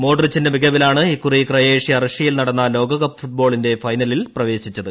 മോഡ്രിച്ചിന്റെ മികവിലാണ് ഇക്കുറി ക്രൊയേഷ്യ റഷ്യയിൽ നടന്ന ലോകകപ്പ് ഫുട്ബോളിന്റെ ഫൈനലിൽ പ്രവേശിച്ചത്